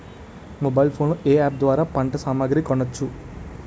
Mobile phone లో ఏ app ద్వారా పంట సామాగ్రి కొనచ్చు?